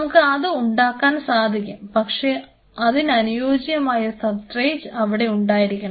നമുക്ക് അത് ഉണ്ടാക്കാൻ സാധിക്കും പക്ഷേ അതിനനുയോജ്യമായ സബ്സ്ട്രേറ്റ് അവിടെ ഉപയോഗിക്കണം